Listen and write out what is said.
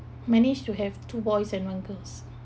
managed to have two boys and one girls